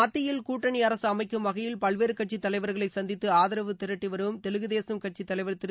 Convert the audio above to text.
மத்தியில் கூட்டணி அரசு அமைக்கும் வகையில் பல்வேறு கட்சித் தலைவர்களை சந்தித்து ஆதரவு திரட்டிவரும் தெலுகுதேசம் கட்சித் தலைவர் திரு